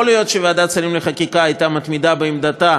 יכול להיות שוועדת שרים לחקיקה הייתה מתמידה בעמדתה